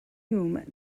hume